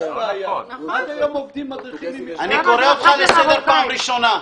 עד היום עובדים מדריכים --- אני קורא אותך לסדר פעם ראשונה.